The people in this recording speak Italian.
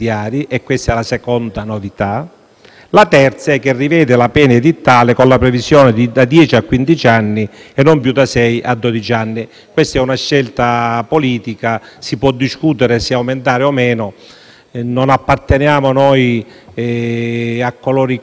La terza è che si rivede la pena edittale, con la previsione da dieci a quindici anni e non più da sei a dodici anni. Questa è una scelta politica e si può discutere se aumentarla o no e noi non apparteniamo a coloro i quali si battono